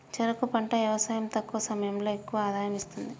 చెరుకు పంట యవసాయం తక్కువ సమయంలో ఎక్కువ ఆదాయం ఇస్తుంది